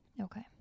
Okay